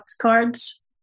cards